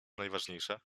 najważniejsze